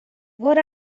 what